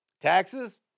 taxes